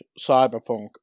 Cyberpunk